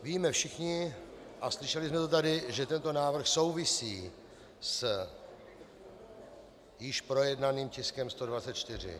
Víme všichni, a slyšeli jsme to tady, že tento návrh souvisí s již projednaným tiskem 124.